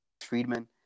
Friedman